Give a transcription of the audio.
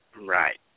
Right